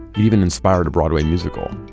even inspired a broadway musical.